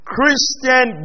Christian